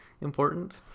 important